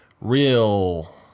real